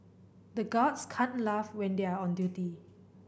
the guards can't laugh when they are on duty